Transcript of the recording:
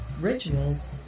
rituals